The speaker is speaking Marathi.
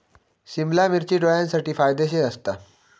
सिमला मिर्ची डोळ्यांसाठी फायदेशीर असता